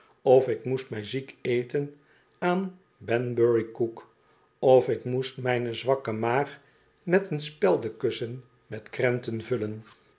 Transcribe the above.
of ik moest mij ziek eten aan banbury koek of ik moest nujne zwakke maag met een speldenkussen met krenten vullen